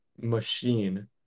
machine